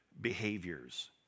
behaviors